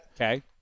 Okay